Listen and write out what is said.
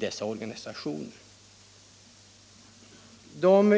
Dessa organisationer